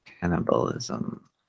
Cannibalism